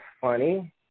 funny